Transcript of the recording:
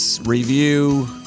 review